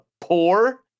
poor